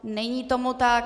Není tomu tak.